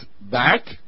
back